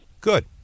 Good